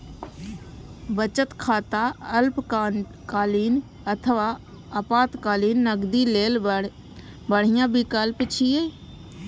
बचत खाता अल्पकालीन अथवा आपातकालीन नकदी लेल बढ़िया विकल्प छियै